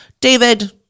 david